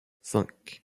cinq